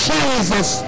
Jesus